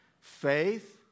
Faith